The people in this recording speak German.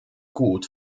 gut